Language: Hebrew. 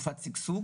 שגשוג.